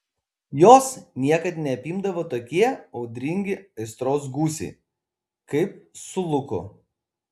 jos niekad neapimdavo tokie audringi aistros gūsiai kaip su luku